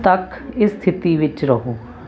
ਤੱਕ ਇਸ ਸਥਿਤੀ ਵਿੱਚ ਰਹੋ